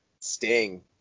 Sting